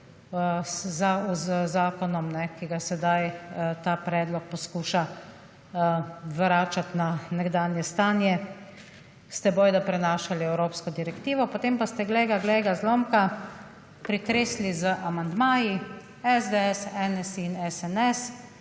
z zakonom, ki ga sedaj ta predlog poskuša vrniti na nekdanje stanje, prenašali evropsko direktivo. Potem pa ste, glej ga, zlomka, pritresli z amandmaji, SDS, NSi in SNS,